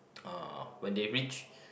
uh when they reach